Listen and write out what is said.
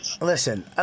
Listen